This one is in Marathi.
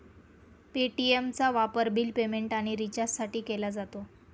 पे.टी.एमचा वापर बिल पेमेंट आणि रिचार्जसाठी केला जातो